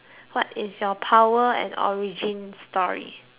power and origin story